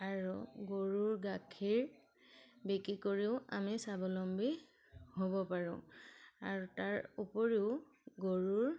আৰু গৰুৰ গাখীৰ বিক্ৰী কৰিও আমি স্বাৱলম্বী হ'ব পাৰোঁ আৰু তাৰ উপৰিও গৰুৰ